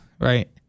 right